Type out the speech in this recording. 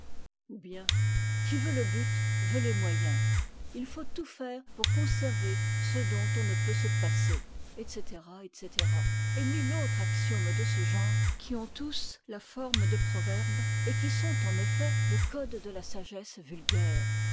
ou bien qui veut le but veut les moyens il faut tout faire pour conserver ce dont on ne peut se passer etc etc et mille autres axiomes de ce genre qui ont tous la forme de proverbes et qui sont en effet le code de la sagesse vulgaire